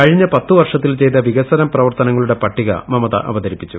കഴിഞ്ഞ പത്തു വർഷത്തിൽ ചെയ്ത വികസന പ്രവർത്തനങ്ങളുടെ പട്ടിക മമത അവതരിപ്പിച്ചു